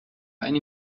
eine